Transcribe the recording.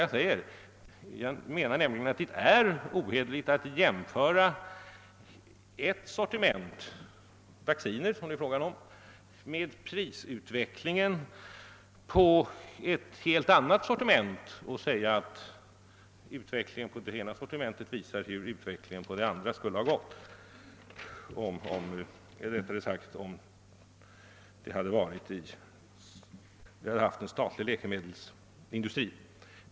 Jag anser nämligen att det är ohederligt att jämföra prisutvecklingen för ett sortiment, nämligen de vacciner som det nu är fråga om, med Pprisutvecklingen för ett helt annat sortiment, nämligen den totala läkemedelsförbrukningen, och hävda att utvecklingen beträffande det ena sortimentet visar hur utvecklingen skulle ha blivit för det andra, om vi hade haft en statlig läkemedelsindustri.